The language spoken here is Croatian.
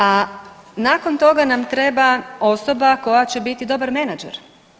A nakon toga nam treba osoba koja će biti dobar menadžer.